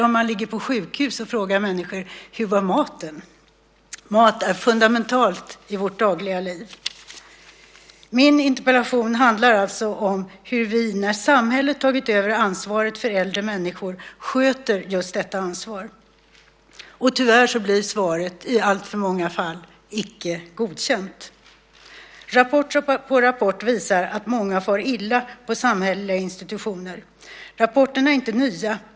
Om man ligger på sjukhus så frågar människor: Hur var maten? Mat är fundamentalt i vårt dagliga liv. Min interpellation handlar om hur vi när samhället har tagit över ansvaret för äldre människor sköter just detta ansvar. Tyvärr blir svaret i alltför många fall: icke godkänt. Rapport på rapport visar att många far illa på samhälleliga institutioner. Rapporterna är inte nya.